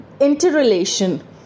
interrelation